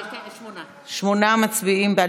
שמונה מצביעים בעד,